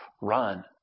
Run